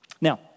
Now